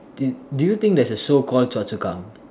do do you think there's a show called Choa-Chu-Kang